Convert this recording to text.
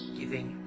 giving